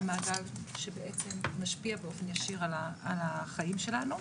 המעגל שבעצם משפיע באופן ישיר על החיים שלנו.